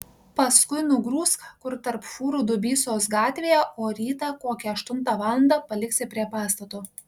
paskui nugrūsk kur tarp fūrų dubysos gatvėje o rytą kokią aštuntą valandą paliksi prie pastato